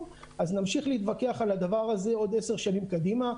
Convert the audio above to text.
אז נמשיך להתווכח על הדבר הזה עוד 10 שנים קדימה,